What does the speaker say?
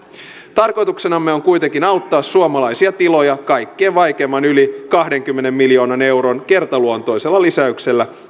tarkoituksenamme on kuitenkin auttaa suomalaisia tiloja yli kaikkein vaikeimman kahdenkymmenen miljoonan euron kertaluontoisella lisäyksellä